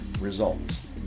results